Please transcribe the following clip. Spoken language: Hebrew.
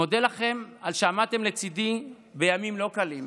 מודה לכם על שעמדתם לצידי בימים לא קלים.